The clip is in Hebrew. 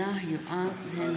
בעד יועז הנדל,